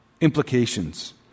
Implications